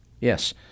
Yes